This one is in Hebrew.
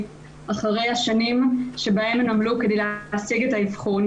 אחרי השנים שבהן הן עמלו כדי להשיג את האבחון,